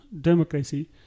democracy